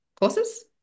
courses